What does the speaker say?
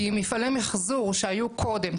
כי מפעלי מחזור שהיו קודם,